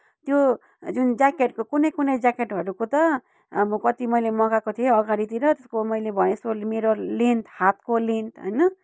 त्यो जुन ज्याकेटको कुनै कुनै ज्याकेटहरूको त अब कति मैले मगाएको थिएँ अगाडितिर त्यसको मैले भने जस्तो मेरो लेन्थ हातको लेन्थ होइन